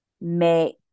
make